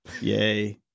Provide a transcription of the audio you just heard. Yay